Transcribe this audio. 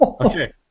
Okay